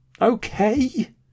Okay